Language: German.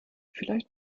vielleicht